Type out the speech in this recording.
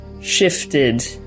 shifted